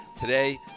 Today